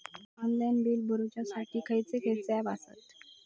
Online bill भरुच्यासाठी खयचे खयचे ऍप आसत?